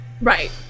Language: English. right